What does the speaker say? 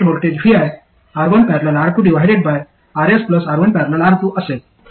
gate voltage viR1।।R2RSR1।।R2 असेल